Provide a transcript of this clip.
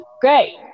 Great